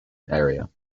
area